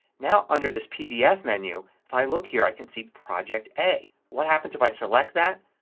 now under this pdf menu if i look here i could see project a. what happens if i select that?